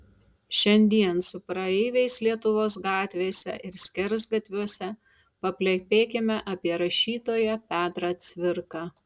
šiandien su praeiviais lietuvos gatvėse ir skersgatviuose paplepėkime apie rašytoją petrą cvirką